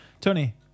Tony